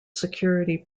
security